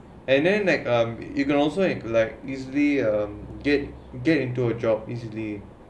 and then like um you can also like um easily get get into a job easily